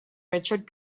richard